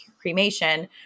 cremation